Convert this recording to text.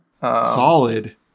Solid